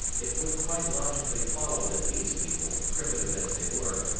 it would quite logically follow that these people, primitive as they were,